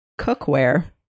cookware